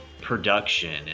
production